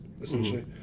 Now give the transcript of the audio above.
essentially